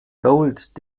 gold